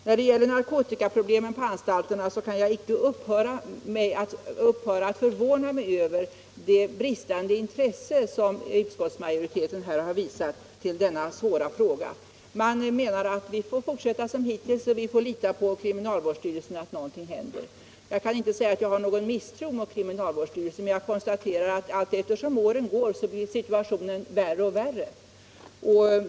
När det gäller narkotikaproblemet på anstalterna kan jag inte upphöra att förvåna mig över det bristande intresse som utskottsmajoriteten här har visat för denna svåra fråga. Man menar att vi får fortsätta som hittills och lita på kriminalvårdsstyrelsen att någonting händer. Jag kan inte säga att jag känner någon misstro mot kriminalvårdsstyrelsen, men jag kan konstatera att allteftersom åren går blir situationen värre och värre.